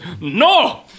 no